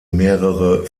mehrere